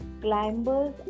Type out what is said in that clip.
climbers